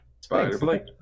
Spider-Blake